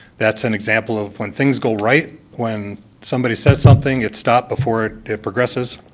that's an example of when things go right when somebody says something, it's stopped before it it progresses.